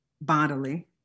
bodily